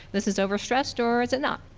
this is over-stressed or is it not?